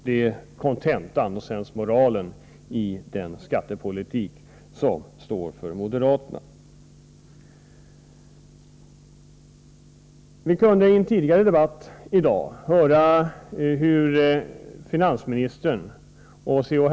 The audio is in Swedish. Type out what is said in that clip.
Det är kontentan av och sensmoralen i den skattepolitik som moderaterna står för. Vi kunde i en tidigare debatt i dag höra hur finansministern och C.-H.